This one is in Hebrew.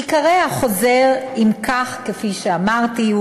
עיקרי החוזר, אם כך, כפי שאמרתי,